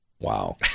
Wow